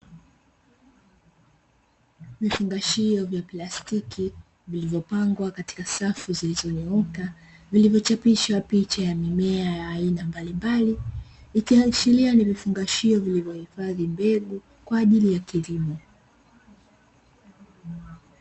Vifungashio vya plastiki vilivyopangwa katika safu zilizonyooka, vilivyochapishwa picha ya mimea ya aina mbalimbali, ikiashiria ni vifungashio vilivyohifadhi mbegu kwa ajili ya kilimo.